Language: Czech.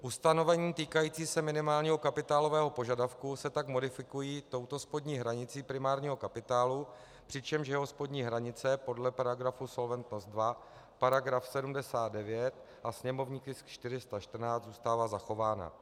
Ustanovení týkající se minimálního kapitálového požadavku se tak modifikují touto spodní hranicí primárního kapitálu, přičemž jeho spodní hranice podle paragrafu Solventnost II § 79 a sněmovní tisk 414 zůstává zachována.